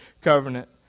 covenant